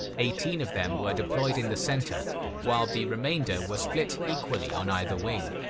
eighteen of them were deployed in the center while the remainder were split equally on either wing.